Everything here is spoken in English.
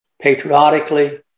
patriotically